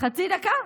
חצי דקה?